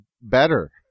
better